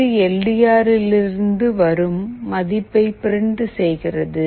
இது L D ஆரிலிருந்து வரும் மதிப்பை பிரிண்ட் செய்கிறது